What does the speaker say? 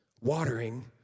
watering